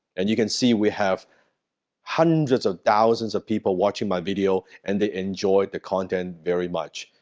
and you can see we have hundreds of thousands of people watching my video, and they enjoy the content very much.